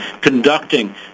conducting